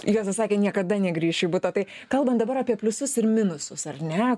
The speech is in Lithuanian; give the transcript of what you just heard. juozas sakė niekada negrįšiu į butą tai kalbant dabar apie pliusus ir minusus ar ne